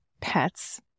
Pets